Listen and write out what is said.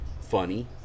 funny